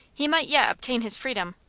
he might yet obtain his freedom.